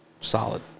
solid